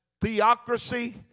theocracy